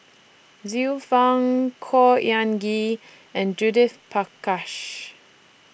Xiu Fang Khor Ean Ghee and Judith Prakash